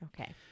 Okay